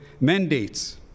mandates